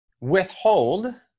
withhold